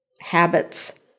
habits